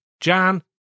Jan